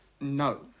No